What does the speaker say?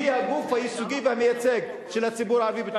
היא הגוף הייצוגי והמייצג של הציבור הערבי במדינת ישראל.